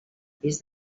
pis